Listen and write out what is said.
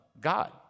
God